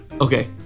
Okay